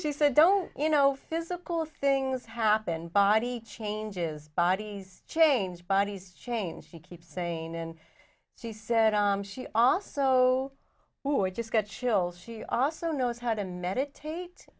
she said don't you know physical things happen body changes bodies change bodies change she keeps saying and she said she also who are just got chills she also knows how to meditate